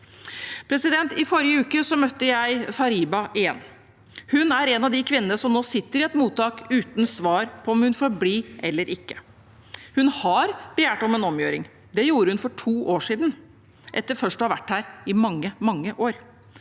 ikke. I forrige uke møtte jeg Fariba igjen. Hun er en av de kvinnene som nå sitter i et mottak, uten svar på om hun får bli eller ikke. Hun har begjært omgjøring. Det gjorde hun for to år siden, etter først å ha vært her i mange, mange år.